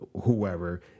whoever